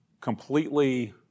completely